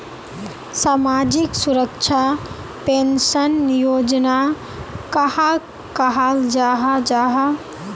सामाजिक सुरक्षा पेंशन योजना कहाक कहाल जाहा जाहा?